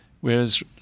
Whereas